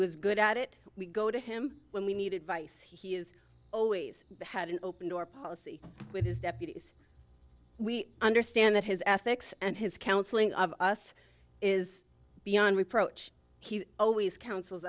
was good at it we go to him when we need advice he is always had an open door policy with his deputies we understand that his ethics and his counseling of us is beyond reproach he always coun